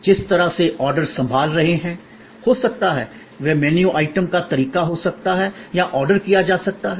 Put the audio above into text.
जिस तरह से आर्डर संभाल रहे हैं हो सकता है वह मेनू आइटम का तरीका हो सकता है या ऑर्डर किया जा सकता है